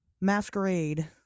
masquerade